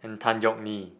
and Tan Yeok Nee